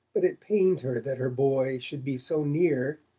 but it pained her that her boy, should be so near,